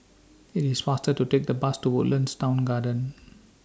IT IS faster to Take The Bus to Woodlands Town Garden